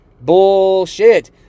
bullshit